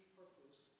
purpose